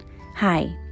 Hi